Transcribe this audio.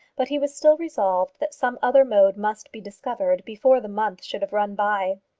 but he was still resolved that some other mode must be discovered before the month should have run by.